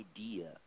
idea